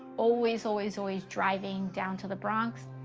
always, always always driving down to the bronx,